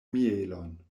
mielon